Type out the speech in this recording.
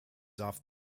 off